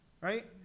Right